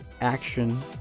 action